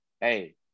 hey